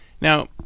now